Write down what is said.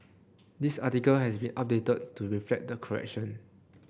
this article has been updated to reflect the correction